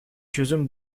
çözüm